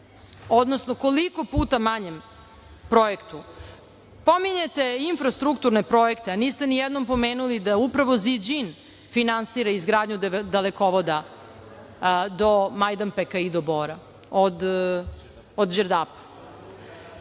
odnosno koliko puta manjem projektu. Pominjete infrastrukturne projekte a niste nijednom pomenuli da upravo "Ziđin" finansira izgradnju dalekovoda do Majdanpeka i do Bora od